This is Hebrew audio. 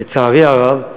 לצערי הרב,